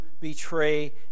betray